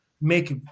make